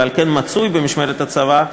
ועל כן מצוי במשמורת הצבא,